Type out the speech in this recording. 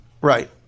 Right